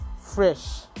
fresh